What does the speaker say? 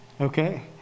Okay